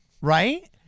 Right